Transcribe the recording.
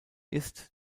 ist